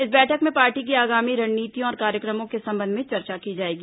इस बैठक में पार्टी की आगामी रणनीतियों और कार्यक्रमों के संबंध में चर्चा की जाएगी